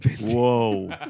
Whoa